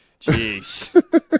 Jeez